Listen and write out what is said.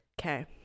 okay